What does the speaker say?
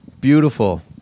Beautiful